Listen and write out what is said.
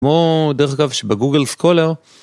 כמו דרך אגב שבגוגל סקולר.